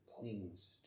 clings